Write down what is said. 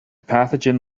pathogen